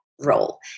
role